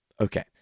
Okay